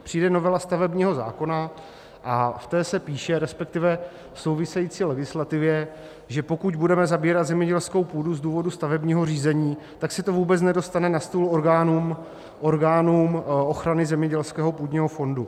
Přijde novela stavebního zákona a v té se píše, resp. v související legislativě, že pokud budeme zabírat zemědělskou půdu z důvodu stavebního řízení, tak se to vůbec nedostane na stůl orgánům ochrany zemědělského půdního fondu.